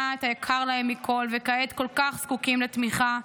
את היקר להם מכול וכעת כל כך זקוקים לתמיכה,